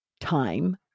time